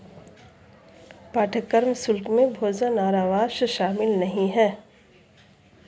पाठ्यक्रम शुल्क में भोजन और आवास शामिल नहीं है